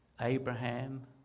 Abraham